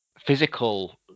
physical